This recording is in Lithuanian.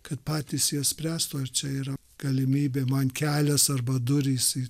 kad patys jas spręstų ar čia yra galimybė man kelias arba durys į